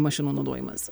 mašinų naudojimas